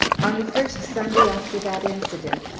on the first sunday after that incident,